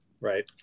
Right